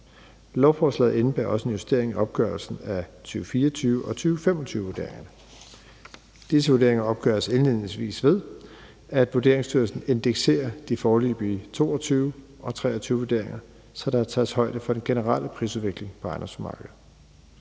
Lovforslaget indebærer også en justering af opgørelsen af 2024- og 2025-vurderingerne. Disse vurderinger opgøres indledningsvis, ved at Vurderingsstyrelsen indekserer de foreløbige 2022- og 2023-vurderinger, så deres tages højde for den generelle prisudvikling på ejendomsmarkedet.